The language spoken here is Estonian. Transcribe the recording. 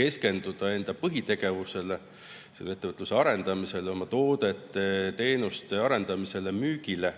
keskenduda enda põhitegevusele, ettevõtluse arendamisele, oma toodete-teenuste arendamisele, müügile.